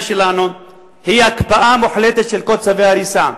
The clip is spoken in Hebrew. שלנו היא הקפאה מוחלטת של כל צווי ההריסה.